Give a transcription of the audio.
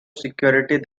security